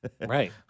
right